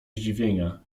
zdziwienia